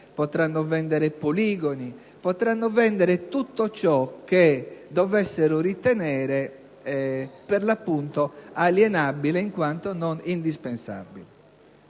potranno vendere caserme, poligoni: tutto ciò che dovessero ritenere, per l'appunto, alienabile, in quanto non indispensabile.